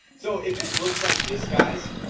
so if it looks like this guys